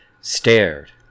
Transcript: stared